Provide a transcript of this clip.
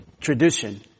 tradition